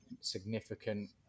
significant